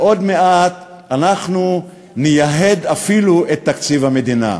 עוד מעט אנחנו נייהד אפילו את תקציב המדינה.